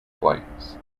flights